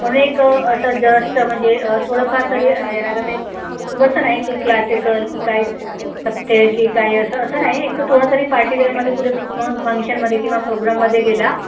म्हणून एक असं जस्ट म्हणजे थोडंफार तरी येणारं ते खूप असं नाही की क्लासिकल की काय की काय असं असं नाही एक थोडं तरी पार्टीवेमध्ये कुठे फंक्शनमध्ये किंवा प्रोग्राममध्ये गेला